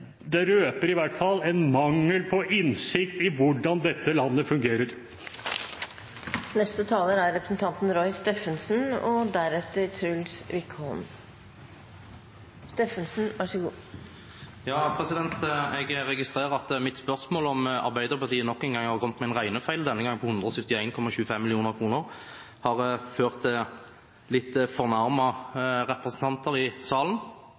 det røper i hvert fall en mangel på innsikt i hvordan dette landet fungerer. Jeg registrerer at mitt spørsmål om hvorvidt Arbeiderpartiet nok en gang har kommet med en regnefeil – denne gangen på 171,25 mill. kr – har ført til litt fornærmede representanter i salen.